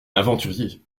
aventurier